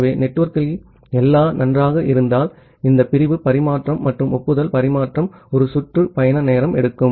ஆகவே நெட்வொர்க்கில் எல்லாம் நன்றாக இருந்தால் இந்த பிரிவு பரிமாற்றம் மற்றும் ஒப்புதல் பரிமாற்றம் ஒரு சுற்று பயண நேரம் எடுக்கும்